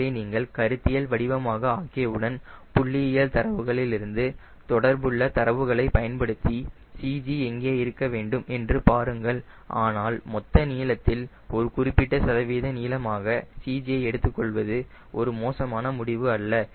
எனவே நீங்கள் கருத்தியல் வடிவமாக ஆக்கியவுடன் புள்ளியியல் தரவுகளிலிருந்து பொருத்தமான தொடர்புள்ள தரவுகளை பயன்படுத்தி CG எங்கே இருக்க வேண்டும் என்று பாருங்கள் ஆனால் மொத்த நீளத்தில் ஒரு குறிப்பிட்ட சதவீத நீளமாக CG ஐ எடுத்துக்கொள்வது ஒரு மோசமான முடிவு அல்ல